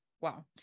wow